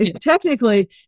technically